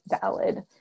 valid